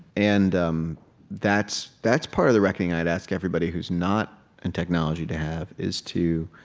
and um that's that's part of the reckoning i'd ask everybody who's not in technology to have, is to